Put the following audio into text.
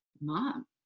mom